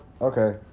okay